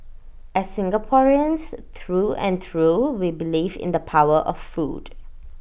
as Singaporeans through and through we believe in the power of food